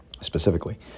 specifically